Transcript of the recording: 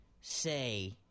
say